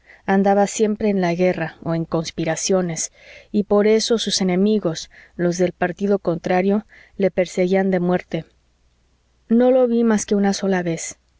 andaba siempre en la guerra o en conspiraciones y por eso sus enemigos los del partido contrario le perseguían de muerte no lo ví más que una sola vez